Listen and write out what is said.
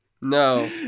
no